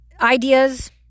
ideas